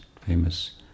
famous